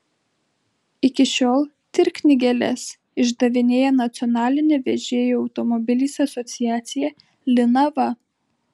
iki šiol tir knygeles išdavinėja nacionalinė vežėjų automobiliais asociacija linava